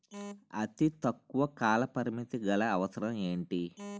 అతి తక్కువ కాల పరిమితి గల అవసరం ఏంటి